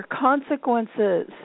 consequences